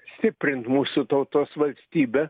stiprint mūsų tautos valstybę